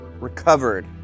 recovered